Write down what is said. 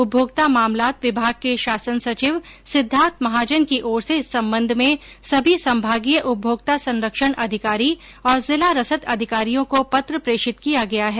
उपभोक्ता मामलात् विभाग के शासन सचिव सिद्वार्थ महाजन की ओर से इस संबंध में सभी संभागीय उपभोक्ता संरक्षण अधिकारी और जिला रसद अधिकारियों को पत्र प्रेषित किया गया है